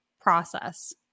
process